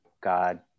God